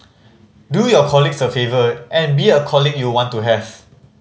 do your colleagues a favour and be a colleague you want to have